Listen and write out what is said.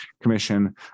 commission